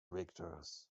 victors